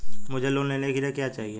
मुझे लोन लेने के लिए क्या चाहिए?